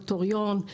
נוטריון,